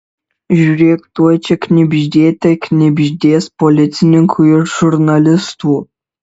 žiūrėk tuoj čia knibždėte knibždės policininkų ir žurnalistų